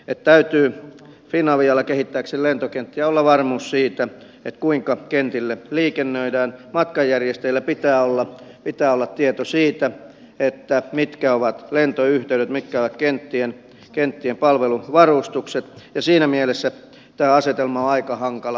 finavialla täytyy lentokenttiä kehittääkseen olla varmuus siitä kuinka kentille liikennöidään matkanjärjestäjillä pitää olla tieto siitä mitkä ovat lentoyhteydet mitkä ovat kenttien palveluvarustukset ja siinä mielessä tämä asetelma on aika hankala